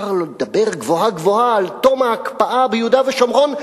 אפשר לדבר גבוהה-גבוהה על תום ההקפאה ביהודה ושומרון.